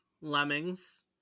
Lemmings